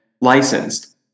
licensed